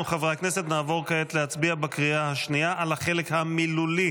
חברי הכנסת נעבור כעת להצביע בקריאה השנייה על החלק המילולי